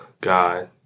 God